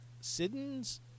siddons